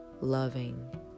loving